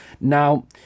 Now